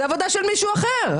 זה עבודה של מישהו אחר.